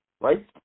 right